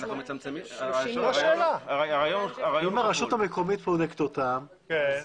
אם הרשות המקומית בודקת אותם,